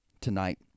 tonight